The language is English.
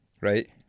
Right